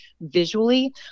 visually